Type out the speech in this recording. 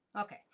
Okay